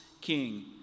king